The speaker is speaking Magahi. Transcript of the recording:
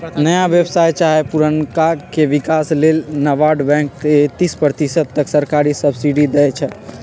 नया व्यवसाय चाहे पुरनका के विकास लेल नाबार्ड बैंक तेतिस प्रतिशत तक सरकारी सब्सिडी देइ छइ